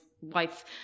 wife